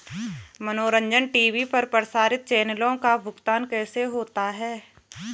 मनोरंजन टी.वी पर प्रसारित चैनलों का भुगतान कैसे होता है?